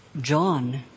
John